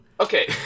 Okay